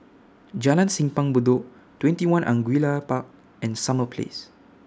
Jalan Simpang Bedok TwentyOne Angullia Park and Summer Place